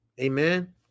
Amen